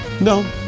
No